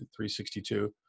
362